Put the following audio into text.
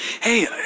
hey